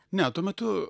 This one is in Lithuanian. ne tuo metu